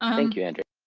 um thank you, andrea.